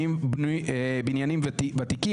בניינים ותיקים,